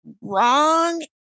wrong